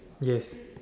yes